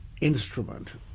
instrument